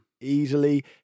easily